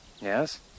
Yes